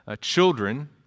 children